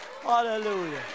Hallelujah